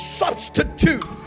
substitute